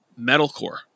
metalcore